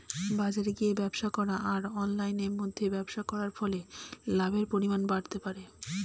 বাজারে গিয়ে ব্যবসা করা আর অনলাইনের মধ্যে ব্যবসা করার ফলে লাভের পরিমাণ বাড়তে পারে?